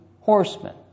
horsemen